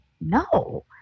no